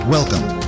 Welcome